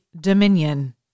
Dominion